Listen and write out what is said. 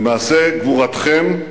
במעשה גבורתכם,